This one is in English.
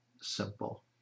simple